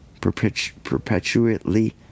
perpetually